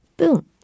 boom